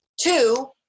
Two